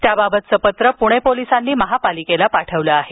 त्याबाबतचं पत्र पुणे पोलिसांनी महापालिकेला पाठवलं आहे